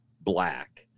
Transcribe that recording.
Black